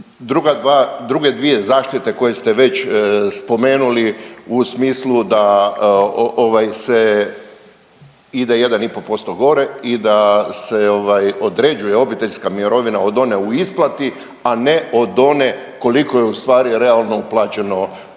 druge dvije zaštite koje ste već spomenuli u smislu da ovaj se ide 1,5% gore i da se određuje obiteljska mirovina od one u isplati, a ne od one koliko je ustvari realno uplaćeno doprinosa.